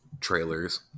trailers